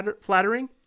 flattering